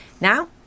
now